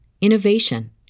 innovation